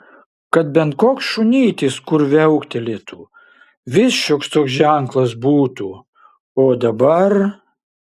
kad bent koks šunytis kur viauktelėtų vis šioks toks ženklas būtų o dabar